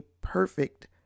perfect